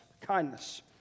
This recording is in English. kindness